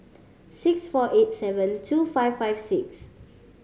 six four eight seven two five five six